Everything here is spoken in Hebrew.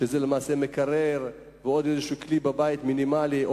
שזה למעשה מקרר ועוד איזשהו כלי מינימלי בבית